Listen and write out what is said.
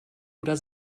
oder